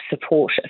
support